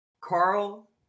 Carl